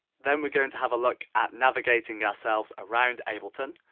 then we're going to have a look at navigating ourselves around ableton,